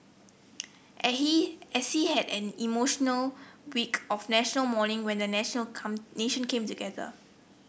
he as he had an emotional week of National Mourning when a national come nation came together